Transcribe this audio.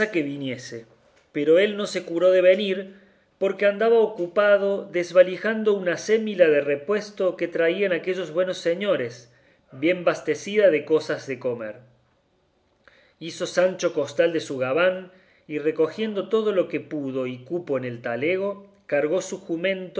que viniese pero él no se curó de venir porque andaba ocupado desvalijando una acémila de repuesto que traían aquellos buenos señores bien bastecida de cosas de comer hizo sancho costal de su gabán y recogiendo todo lo que pudo y cupo en el talego cargó su